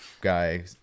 guy